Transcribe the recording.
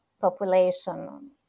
population